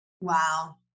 Wow